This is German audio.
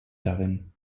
darin